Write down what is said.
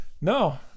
no